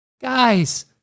guys